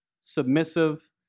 submissive